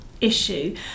issue